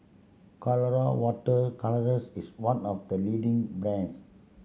Colora Water Colours is one of the leading brands